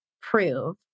prove